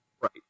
Right